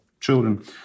children